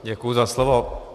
Děkuji za slovo.